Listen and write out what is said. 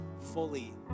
fully